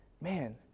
man